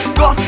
go